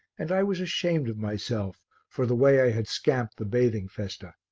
and i was ashamed of myself for the way i had scamped the bathing festa.